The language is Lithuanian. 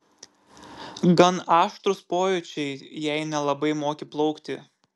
gan aštrūs pojūčiai jei nelabai moki plaukti